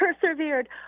persevered